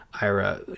ira